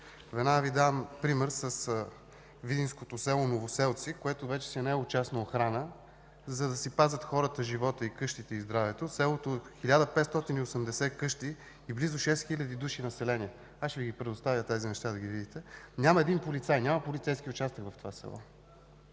веднага Ви давам пример с видинското село Новоселци, което вече си е наело частна охрана, за да си пазят хората живота, къщите и здравето. Селото е от 1580 къщи и близо 6000 души население. Ще Ви предоставя тези неща, за да ги видите. Няма един полицай, в това село няма полицейски участък. Както